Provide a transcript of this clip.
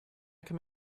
come